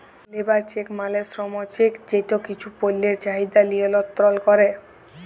labour check মালে শ্রম চেক যেট কিছু পল্যের চাহিদা লিয়লত্রল ক্যরে